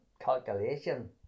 calculation